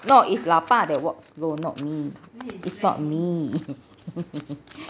not is 老爸 that walk slow not me is not me